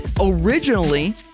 originally